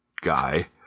guy